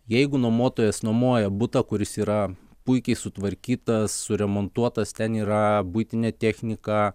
jeigu nuomotojas nuomoja butą kuris yra puikiai sutvarkytas suremontuotas ten yra buitinė technika